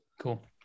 Cool